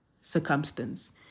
circumstance